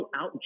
out